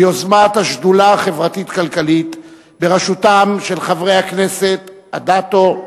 ביוזמת השדולה החברתית-כלכלית בראשותם של חברי הכנסת אדטו,